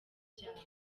byabo